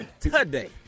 today